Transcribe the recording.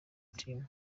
team